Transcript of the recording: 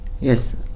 Yes